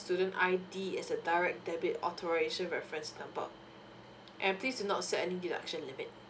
student I_D as the direct debit authorisation reference number and please do not set any deduction limit